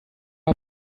are